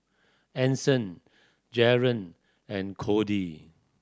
Anson Jaren and Cody